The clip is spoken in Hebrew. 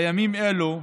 בימים אלו,